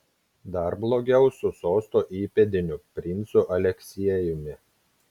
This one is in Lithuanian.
dar blogiau su sosto įpėdiniu princu aleksiejumi